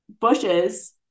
bushes